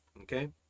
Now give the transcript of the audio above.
okay